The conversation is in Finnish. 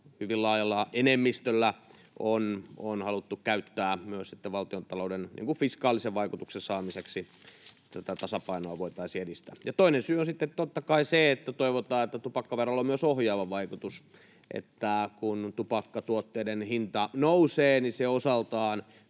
hyvin laajalla enemmistöllä on haluttu käyttää myös fiskaalisen vaikutuksen saamiseksi niin, että tätä valtiontalouden tasapainoa voitaisiin edistää. Toinen syy on sitten totta kai se, että toivotaan, että tupakkaverolla on myös ohjaava vaikutus niin, että kun tupakkatuotteiden hinta nousee, niin se osaltaan